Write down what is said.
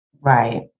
Right